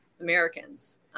Americans